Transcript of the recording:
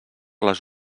les